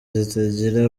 zitagira